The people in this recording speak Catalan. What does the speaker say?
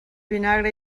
vinagre